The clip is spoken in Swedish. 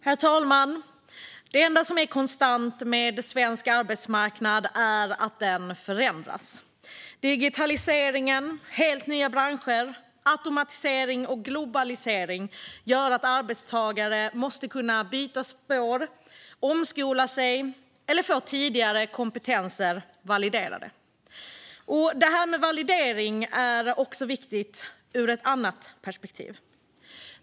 Herr talman! Det enda som är konstant med svensk arbetsmarknad är att den förändras. Digitaliseringen, helt nya branscher, automatisering och globalisering gör att arbetstagare måste kunna byta spår, omskola sig eller få tidigare kompetenser validerade. Detta med validering är också viktigt ur ett annat perspektiv.